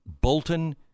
Bolton